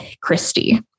Christie